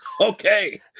Okay